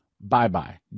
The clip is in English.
bye-bye